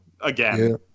again